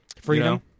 freedom